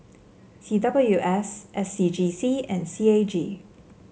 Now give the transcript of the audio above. C W S S C G C and C A G